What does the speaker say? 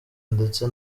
ndetse